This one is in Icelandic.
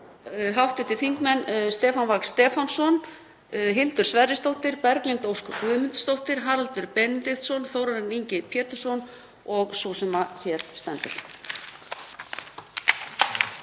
rita hv. þingmenn Stefán Vagn Stefánsson, Hildur Sverrisdóttir, Berglind Ósk Guðmundsdóttir, Haraldur Benediktsson, Þórarinn Ingi Pétursson og sú sem hér stendur.